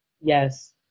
Yes